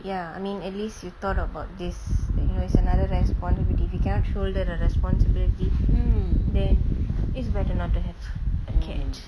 ya I mean at least you thought about this like you know it's another responsibility if you cannot shoulder the responsibility then it's better not to have a cat